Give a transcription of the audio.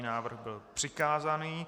Návrh byl přikázaný.